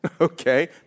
Okay